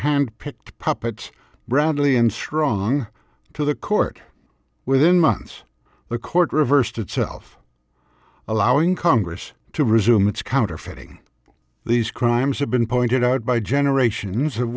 hand picked puppets roundly and strong to the court within months the court reversed itself allowing congress to resume its counterfeiting these crimes have been pointed out by generations of